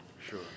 Sure